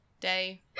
day